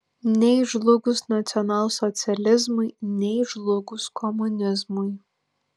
nei žlugus nacionalsocializmui nei žlugus komunizmui